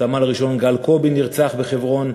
סמל ראשון גל קובי נרצח בחברון.